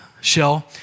shell